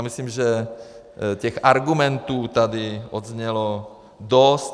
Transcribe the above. Myslím, že těch argumentů tady odznělo dost.